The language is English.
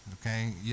okay